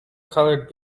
colored